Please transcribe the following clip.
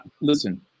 listen